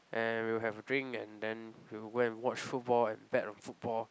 and we'll have a drink and then we will go and watch football and bet on football